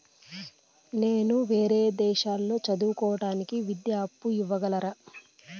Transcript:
నేను వేరే దేశాల్లో చదువు కోవడానికి విద్యా అప్పు ఇవ్వగలరా?